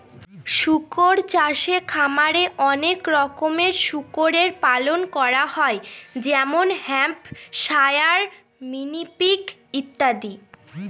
শুকর চাষে খামারে অনেক রকমের শুকরের পালন করা হয় যেমন হ্যাম্পশায়ার, মিনি পিগ ইত্যাদি